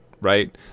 right